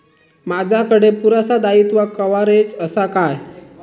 माजाकडे पुरासा दाईत्वा कव्हारेज असा काय?